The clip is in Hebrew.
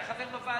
אתה חבר בוועדה.